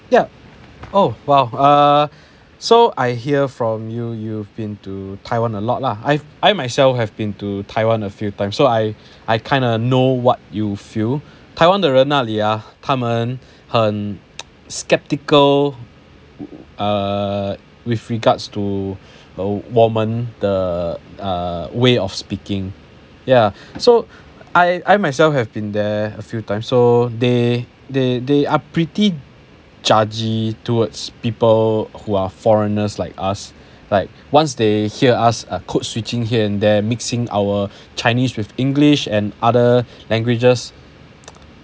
oh well uh so I hear from you you've been to taiwan a lot lah I I myself have been to taiwan a few times so I I kind of know what you feel 台湾的人那里 ah 他们很 skeptical err with regards to 我们的 ah way of speaking ya so I I myself have been there a few times so they they they are pretty judgey towards people who are foreigners like us like once they hear us a code switching here and there mixing our chinese with english and other languages